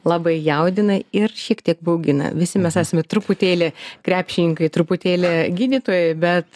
labai jaudina ir šiek tiek baugina visi mes esame truputėlį krepšininkai truputėlį gydytojai bet